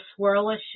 swirlish